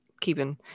keeping